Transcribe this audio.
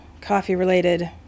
coffee-related